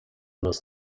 nos